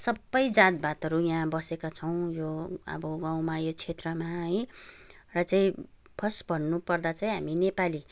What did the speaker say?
सबै जातभातहरू यहाँ बसेका छौँ यो अब गाउँमा यो क्षेत्रमा है र चाहिँ फर्स्ट भन्नुपर्दा चाहिँ हामी नेपाली